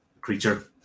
creature